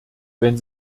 wenn